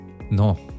No